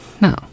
No